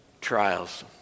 trials